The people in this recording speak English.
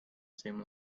seem